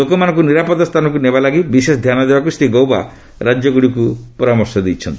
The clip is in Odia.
ଲୋକମାନଙ୍କୁ ନିରାପଦ ସ୍ଥାନକୁ ନେବାଲାଗି ବିଶେଷ ଧ୍ୟାନ ଦେବାକୁ ଶ୍ରୀ ଗୌବା ରାଜ୍ୟଗୁଡ଼ିକୁ ପରାମର୍ଶ ଦେଇଛନ୍ତି